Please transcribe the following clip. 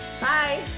Bye